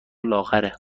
لاغره